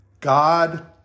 God